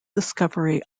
discovery